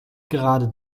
gerade